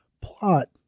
plot